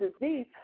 disease